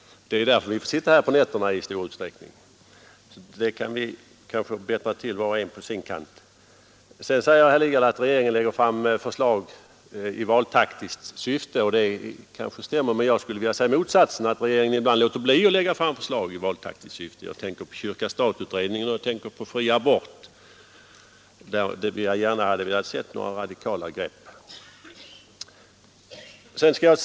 Det är därför vi får sitta här på nätterna i så stor utsträckning. Den situationen kan vi kanske bättra på var och en på sin kant. Sedan säger herr Lidgard att regeringen lägger fram förslag i valtaktiskt syfte. Det kanske stämmer, men jag skulle vilja säga motsatsen, nämligen att regeringen ibland låter bli att lägga fram förslag i valtaktiskt syfte. Jag tänker på kyrka—stat-utredningen och frågan om fri abort, där jag gärna hade velat se några radikala grepp.